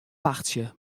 wachtsje